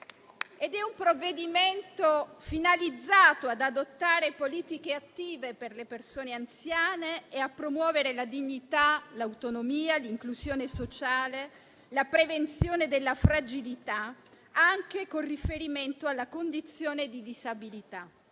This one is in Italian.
Ed è un provvedimento finalizzato ad adottare politiche attive per le persone anziane e a promuovere la dignità, l'autonomia, l'inclusione sociale, la prevenzione della fragilità, anche con riferimento alla condizione di disabilità.